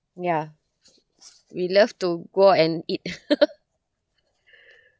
ya we love to go and eat